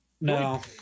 No